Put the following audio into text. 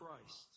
Christ